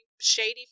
shady